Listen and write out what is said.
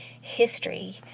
history